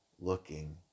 looking